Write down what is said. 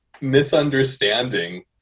misunderstanding